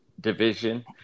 division